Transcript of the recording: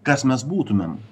kas mes būtumėm